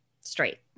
straight